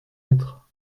être